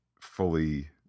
fully